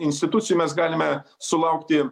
institucijų mes galime sulaukti